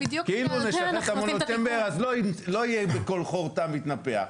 כאילו נשחרר את המונוצ'יימבר אז לא יהיה בכל חור תא מתנפח.